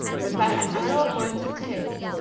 but by an arrow-pointed tail.